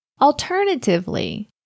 Alternatively